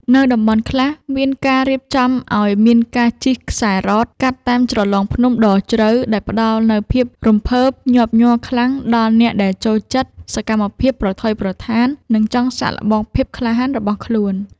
នៅតំបន់ខ្លះមានការរៀបចំឱ្យមានការជិះខ្សែរ៉តកាត់តាមជ្រលងភ្នំដ៏ជ្រៅដែលផ្តល់នូវភាពរំភើបញាប់ញ័រខ្លាំងដល់អ្នកដែលចូលចិត្តសកម្មភាពប្រថុយប្រថាន និង ចង់សាកល្បងភាពក្លាហានរបស់ខ្លួន។